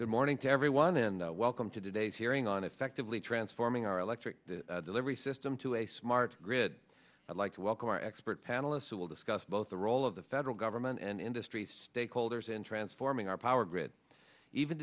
good morning to everyone and welcome today's hearing on effectively transforming our electric delivery system to a smart grid i'd like to welcome our expert panel us will discuss both the role of the federal government and industry stakeholders in transforming our power grid even